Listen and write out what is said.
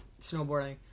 snowboarding